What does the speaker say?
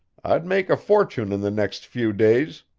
i'd make a fortune in the next few days.